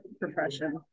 profession